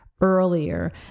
earlier